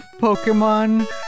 Pokemon